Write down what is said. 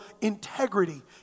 integrity